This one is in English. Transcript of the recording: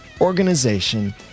organization